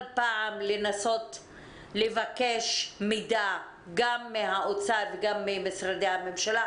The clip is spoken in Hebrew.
פעם לבקש מידע גם מהאוצר וגם ממשרדי הממשלה.